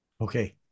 Okay